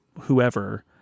whoever